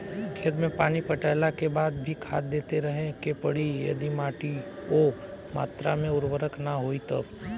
खेत मे पानी पटैला के बाद भी खाद देते रहे के पड़ी यदि माटी ओ मात्रा मे उर्वरक ना होई तब?